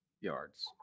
yards